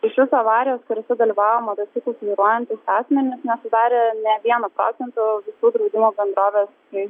iš viso avarijos kuriose dalyvavo motociklus vairuojantys asmenys nesudarė ne vieno procento visų draudimo bendrovės šiais